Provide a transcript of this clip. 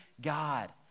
God